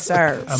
Serve